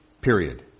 period